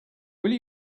will